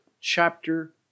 chapter